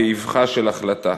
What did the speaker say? באבחה של החלטה.